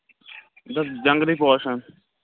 جنٛگلی پوشَن